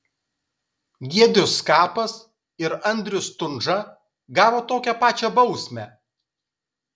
giedrius skapas ir andrius stundža gavo tokią pačią bausmę